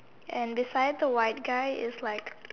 and beside the white guy is like